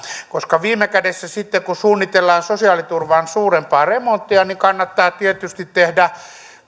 koska viime kädessä sitten kun kun suunnitellaan sosiaaliturvaan suurempaa remonttia kannattaa tietysti tehdä